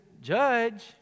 judge